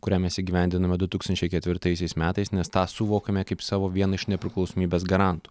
kurią mes įgyvendinome du tūkstančiai ketvirtaisiais metais nes tą suvokėme kaip savo vieną iš nepriklausomybės garantų